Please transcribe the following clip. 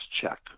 check